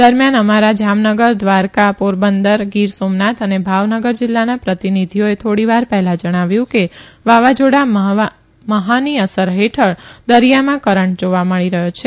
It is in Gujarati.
દરમિયાન અમારા જામનગર દ્વારકા પોરબંદર ગીર સોમનાથ અને ભાવનગર જિલ્લાના પ્રતિનિધિઓએ થોડીવાર પહેલા જણાવ્યું કે વાવાઝોડા મહાની અસર હેઠળ દરિયામાં કરંટ જોવા મળી રહ્યો છે